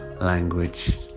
language